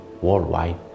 worldwide